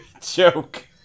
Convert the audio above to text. joke